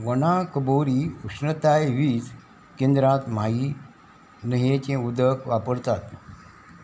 वणाकबोरी उश्णताय वीज केंद्रांत माही न्हंयेचें उदक वापरतात